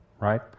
right